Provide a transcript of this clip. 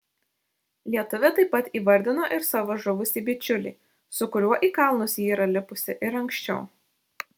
lietuvė taip pat įvardino ir savo žuvusį bičiulį su kuriuo į kalnus ji yra lipusi ir anksčiau